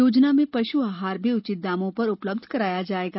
योजना में पशु आहार भी उचित दामों पर उपलब्ध कराया जायेगा